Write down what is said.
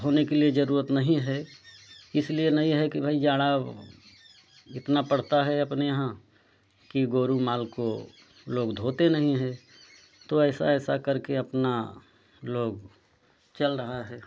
धोने के लिए जरूरत नहीं है इसलिए नहीं है कि भाई जाड़ा इतना पड़ता है अपने यहाँ की गोरु माल को लोग धोते नहीं है तो ऐसा ऐसा करके अपना लोग चल रहा है